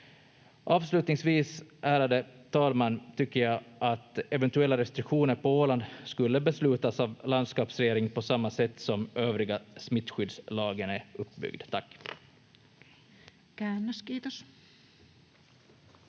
Avslutningsvis, ärade talman, tycker jag att eventuella restriktioner på Åland skulle beslutas av landskapsregeringen på samma sätt som övriga smittskyddslagen är uppbyggd. — Tack.